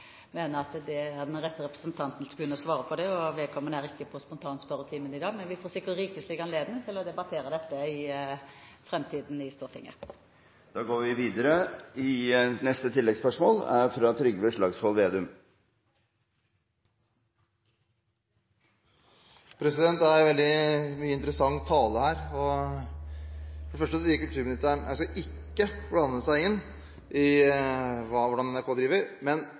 mener at han er den rette til å svare på det. Vedkommende er ikke til stede i spontanspørretimen i dag. Men vi får sikkert rikelig anledning til å debattere dette i framtiden i Stortinget. Trygve Slagsvold Vedum – til oppfølgingsspørsmål. Det er veldig mye interessant tale her. For det første sa kulturministeren at hun ikke skal blande seg inn i hvordan NRK driver, men